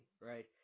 right